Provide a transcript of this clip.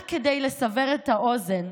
רק כדי לסבר את האוזן,